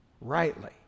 rightly